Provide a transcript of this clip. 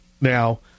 now